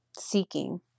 seeking